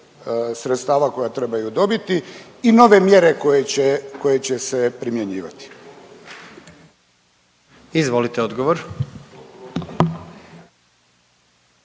sredstava koje trebaju dobiti i nove mjere koje će, koje će se primjenjivati. **Jandroković,